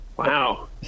wow